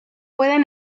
pueden